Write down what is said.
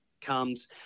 comes